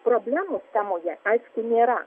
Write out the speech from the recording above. problemos temoje aišku nėra